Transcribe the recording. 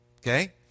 Okay